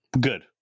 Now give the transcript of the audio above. good